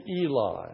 Eli